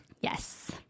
Yes